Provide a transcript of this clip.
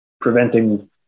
preventing